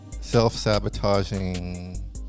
self-sabotaging